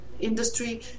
industry